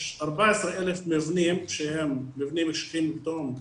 יש 14,000 מבנים שהם מבנים קשיחים טרומיים,